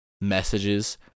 Messages